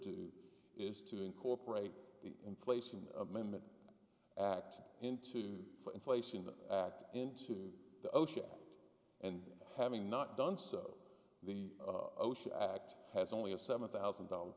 do is to incorporate the inflation amendment act into for inflation the act into the ocean and having not done so the osha act has only a seven thousand dollars